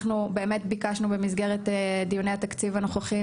אנחנו באמת ביקשנו במסגרת דיוני התקציב הנוכחיים